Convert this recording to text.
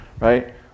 Right